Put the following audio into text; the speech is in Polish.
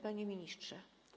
Panie Ministrze!